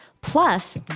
Plus